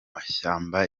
mashyamba